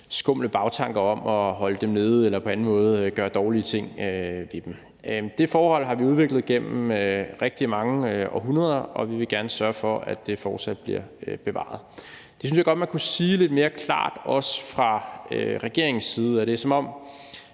skumle bagtanker om at holde dem nede eller på anden måde gøre dårlige ting ved dem. Det forhold har vi udviklet igennem rigtig mange århundreder, og vi vil gerne sørge for, at det fortsat bliver bevaret. Det synes jeg godt at man kunne sige lidt mere klart også fra regeringens side. Det er, som om